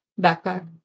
backpack